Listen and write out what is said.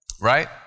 right